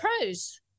pros